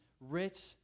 Rich